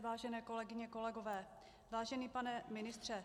Vážené kolegyně, kolegové, vážený pane ministře.